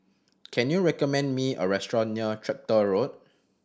can you recommend me a restaurant near Tractor Road